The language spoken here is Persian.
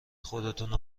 خودتونو